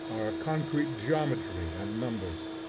concrete geometry and numbers.